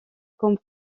comme